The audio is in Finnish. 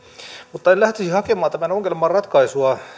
mutta en lähtisi hakemaan tämän ongelman ratkaisua